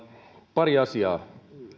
pari asiaa